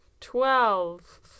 twelve